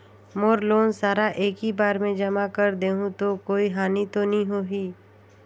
मोर loan सारा एकी बार मे जमा कर देहु तो कोई हानि तो नी होही?